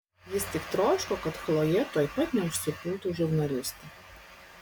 jis tik troško kad chlojė tuoj pat neužsipultų žurnalisto